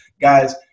guys